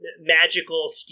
Magical